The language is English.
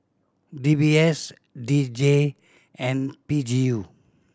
D B S D J and P G U